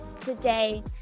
today